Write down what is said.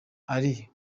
ali